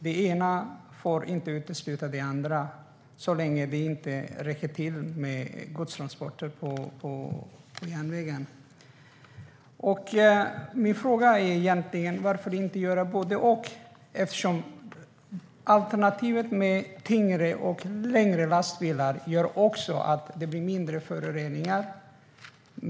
Det ena får inte utesluta det andra så länge det inte räcker till med godstransporter på järnvägen. Min fråga är egentligen: Varför inte göra både och? Alternativet med tyngre och längre lastbilar gör också att det blir mindre föroreningar.